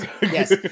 yes